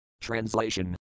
Translation